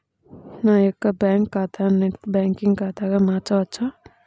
నా యొక్క బ్యాంకు ఖాతాని నెట్ బ్యాంకింగ్ ఖాతాగా మార్చవచ్చా?